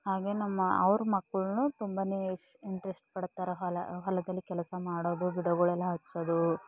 ಹಾಗೆ ನಮ್ಮ ಅವ್ರ ಮಕ್ಕಳೂ ತುಂಬನೇ ಇಂಟ್ರೆಸ್ಟ್ ಪಡ್ತಾರೆ ಹೊಲ ಹೊಲದಲ್ಲಿ ಕೆಲಸ ಮಾಡೋದು ಗಿಡಗಳೆಲ್ಲ ಹಚ್ಚೋದು